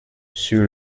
sur